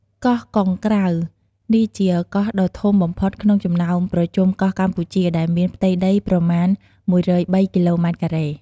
កោះកុងក្រៅ នេះជា កោះដ៏ធំបំផុត ក្នុងចំណោមប្រជុំកោះកម្ពុជា ដែលមានផ្ទៃដីប្រមាណ ១០៣ គីឡូម៉ែត្រការ៉េ។